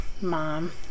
mom